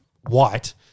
White